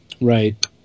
Right